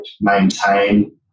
maintain